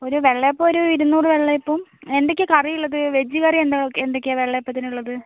ഒരു വെള്ള അപ്പം ഒരു ഇരുന്നൂറ് വെള്ള അപ്പവും എന്തൊക്കെ കറി ഉള്ളത് വെജ് കറി എന്താ എന്തൊക്കെ വെള്ള അപ്പത്തിന് ഉള്ളത്